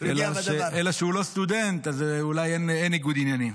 אלא שהוא לא סטודנט, אז אולי אין ניגוד עניינים.